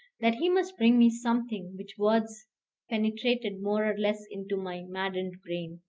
that he must bring me something which words penetrated more or less into my maddened brain.